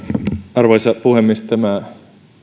arvoisa puhemies tämä